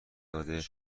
داده